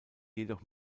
jedoch